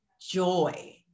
joy